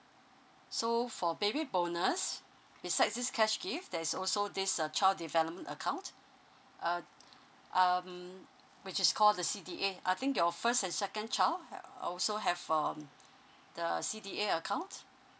so for baby bonus besides this cash gift there is also this uh child development account uh um which is called the C_D_A I think your first and second child ha~ also have um the C_D_A account